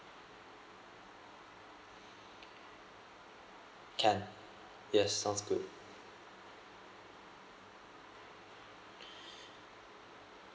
can yes sounds good